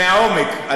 מהעומק,